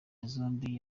zombi